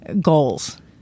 goals